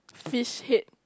fish head